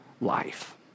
life